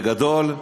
בגדול,